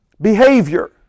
behavior